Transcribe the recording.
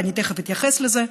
ואני תכף אתייחס לזה.